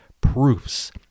proofs